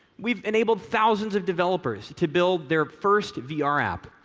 we've enabled thousands of developers to build their first vr app,